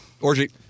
orgy